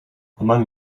among